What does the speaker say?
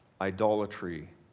Idolatry